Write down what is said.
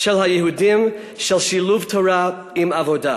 של היהודים של שילוב תורה עם עבודה.